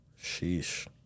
sheesh